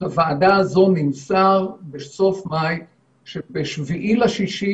לוועדה הזו נמסר בסוף מאי שב-7 ביוני,